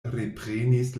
reprenis